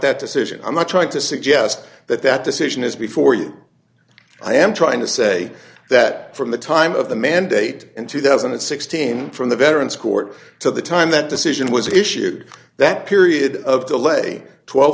that decision i'm not trying to suggest that that decision is before you i am trying to say that from the time of the mandate in two thousand and sixteen from the veterans court to the time that decision was issued that period of delay